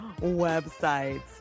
websites